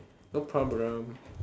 no problem